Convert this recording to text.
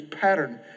pattern